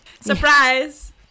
Surprise